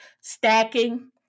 stacking